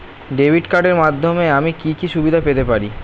Debit কার্ডের মাধ্যমে আমি কি কি সুবিধা পেতে পারি?